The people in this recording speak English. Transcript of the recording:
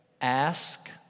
Ask